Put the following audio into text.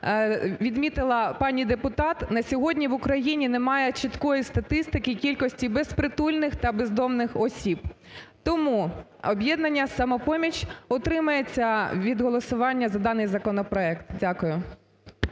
відмітила пані депутат, на сьогодні в Україні немає чіткої статистики кількості безпритульних та бездомних осіб. Тому об'єднання "Самопоміч" утримається від голосування за даний законопроект. Дякую.